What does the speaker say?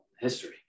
history